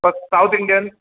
bus south Indian